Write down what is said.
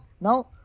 Now